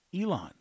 Elon